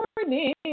morning